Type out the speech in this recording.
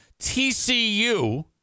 TCU